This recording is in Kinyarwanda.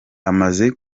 amaze